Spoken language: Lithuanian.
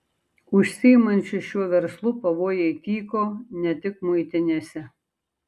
užsiimančių šiuo verslu pavojai tyko ne tik muitinėse